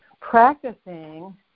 practicing